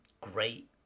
Great